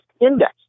index